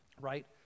right